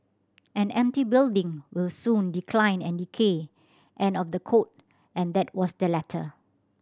an empty building will soon decline and decay end of the quote and that was the letter